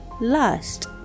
lust